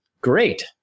Great